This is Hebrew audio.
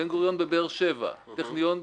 בן גוריון בבאר שבע, הטכניון בחיפה,